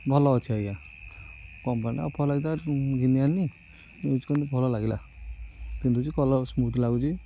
ଭଲ ଅଛି ଆଜ୍ଞା କମ୍ ଦାମରେ ଅଫର୍ ଲାଗିଥିଲା ଘିନି ଆଣିଲି ୟୁଜ୍ କଲି ଭଲ ଲାଗିଲା ପିନ୍ଧୁଛି କଲର୍ ସ୍ମୁଥ ଲାଗୁଛି